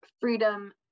freedom